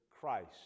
Christ